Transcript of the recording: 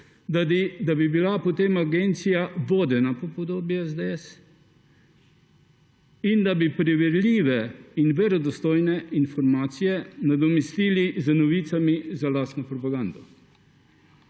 da bi bila potem agencija vodena po podobi SDS ter da bi preverljive in verodostojne informacije nadomestili z novicami za lastno propagando.